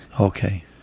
Okay